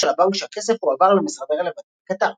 של הבנק שהכסף הועבר למשרד הרלוונטי בקטאר.